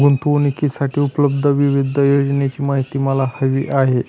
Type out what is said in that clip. गुंतवणूकीसाठी उपलब्ध विविध योजनांची माहिती मला हवी आहे